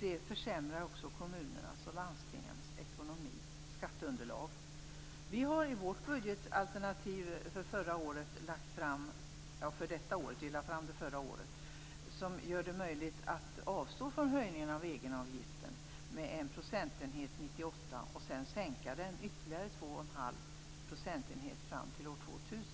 Det försämrar också kommunernas och landstingens ekonomi. Skatteunderlaget blir sämre. Vi har ett budgetalternativ för detta år, alltså det som vi lade fram förra året, som gör det möjligt att avstå från höjningen av egenavgiften med en procentenhet 1998 och att sedan sänka den ytterligare två och en halv procentenhet fram till år 2000.